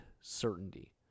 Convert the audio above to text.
certainty